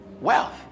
Wealth